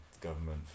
government